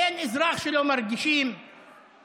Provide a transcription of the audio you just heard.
אין אזרח שלא מרגיש את עליית המחירים.)